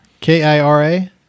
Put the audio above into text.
K-I-R-A